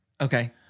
Okay